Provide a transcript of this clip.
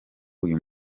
uyu